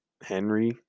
Henry